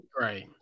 Right